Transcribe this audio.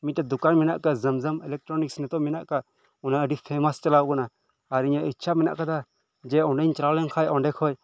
ᱢᱤᱫ ᱴᱮᱱ ᱫᱚᱠᱟᱱ ᱢᱮᱱᱟᱜ ᱟᱠᱟᱫᱟ ᱡᱚᱢ ᱡᱚᱢ ᱤᱞᱮᱠᱴᱨᱚᱱᱤᱠᱥ ᱱᱤᱛᱚᱜ ᱢᱮᱱᱟᱜ ᱟᱠᱟᱫ ᱚᱱᱟ ᱟᱰᱤ ᱯᱷᱮᱢᱟᱥ ᱪᱟᱞᱟᱣ ᱟᱠᱟᱱᱟ ᱟᱨ ᱤᱧᱟᱜ ᱤᱪᱪᱷᱟ ᱢᱮᱱᱟᱜ ᱟᱠᱟᱫᱟ ᱡᱮ ᱚᱸᱰᱮᱧ ᱪᱟᱞᱟᱣ ᱞᱮᱱᱠᱷᱟᱱ ᱚᱸᱰᱮ ᱠᱷᱚᱱ